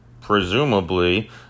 presumably